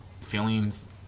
feelings